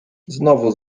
znowu